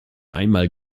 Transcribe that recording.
einmal